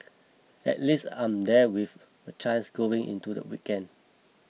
at least I'm there with a chance going into the weekend